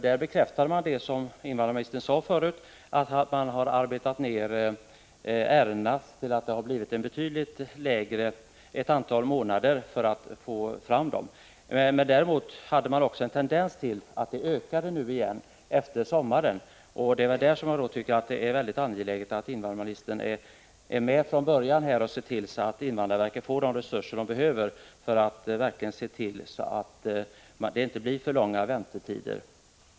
Där bekräftade man vad invandrarministern tidigare sade, nämligen att man arbetat ned balansen av ärenden så att det antal månader som det tar att få fram ett ärende blivit betydligt mindre. Men man såg också en tendens till att balansen nu efter sommaren återigen ökar. Där tycker jag att det är angeläget att invandrarministern är med från början och ser till att invandrarverket får de resurser man behöver, så att det inte blir för långa väntetider.